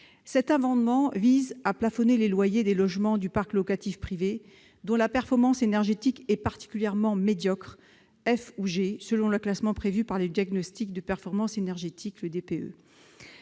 Cet amendement vise à plafonner les loyers des logements du parc locatif privé dont la performance énergétique est particulièrement médiocre, classée F ou G dans le diagnostic de performance énergétique. De